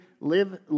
live